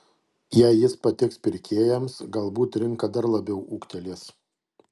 jei jis patiks pirkėjams galbūt rinka dar labiau ūgtelės